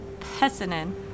Pessinen